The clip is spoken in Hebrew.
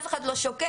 אף אחד לא שוקל.